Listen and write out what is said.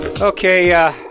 Okay